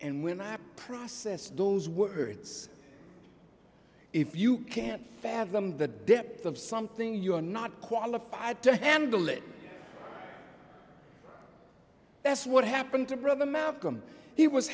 and when i process those words if you can't fathom the depth of something you are not qualified to handle it that's what happened to brother malcolm he was